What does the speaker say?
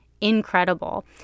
incredible